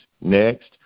next